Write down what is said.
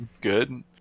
good